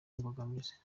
imbogamizi